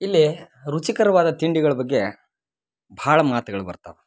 ಇಲ್ಲಿ ರುಚಿಕರವಾದ ತಿಂಡಿಗಳು ಬಗ್ಗೆ ಭಾಳ ಮಾತ್ಗಳು ಬರ್ತಾವು